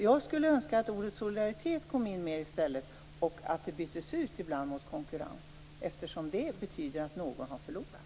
Jag skulle önska att ordet solidaritet i stället kom in mer, att ordet konkurrens ibland byttes ut mot ordet solidaritet. Konkurrens betyder ju nämligen att någon har förlorat.